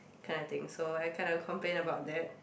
kind of thing so I kinda complained about that